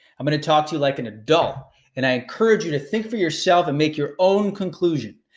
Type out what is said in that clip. i'm gonna talk to you like an adult and i encourage you to think for yourself and make your own conclusion.